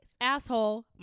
Asshole